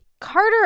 Carter